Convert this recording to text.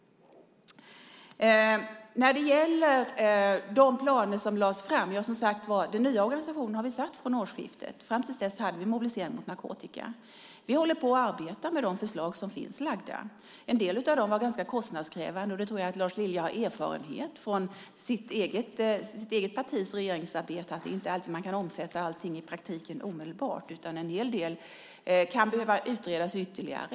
När det gäller de planer som lades fram vill jag säga att vi har haft den nya organisationen sedan årsskiftet. Fram till dess hade vi Mobilisering mot narkotika. Vi arbetar med de förslag som är framlagda. En del av dem var ganska kostnadskrävande. Jag tror att Lars Lilja har erfarenhet från sitt eget partis regeringsarbete att man inte alltid kan omsätta allting i praktiken omedelbart. En hel del kan behöva utredas ytterligare.